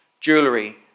jewelry